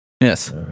Yes